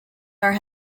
are